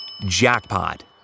Jackpot